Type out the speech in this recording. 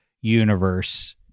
universe